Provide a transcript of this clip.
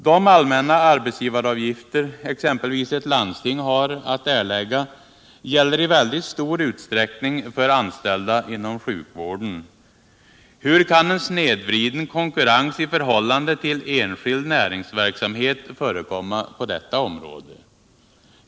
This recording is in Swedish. De allmänna arbetsgivaravgifter exempelvis ett landsting har att erlägga gäller i väldigt stor utsträckning för anställda inom sjukvården. Hur kan en snedvriden konkurrens i förhållande till ”enskild näringsverksamhet” förekomma på detta område?